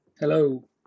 Hello